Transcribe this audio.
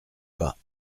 pas